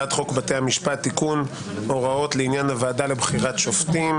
והצעת חוק בתי המשפט (תיקון - הוראות לעניין הוועדה לבחירת שופטים),